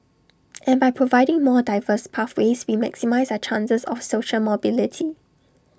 and by providing more diverse pathways we maximise our chances of social mobility